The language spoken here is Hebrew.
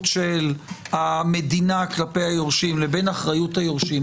של המדינה כלפי היורשים לבין אחריות היורשים,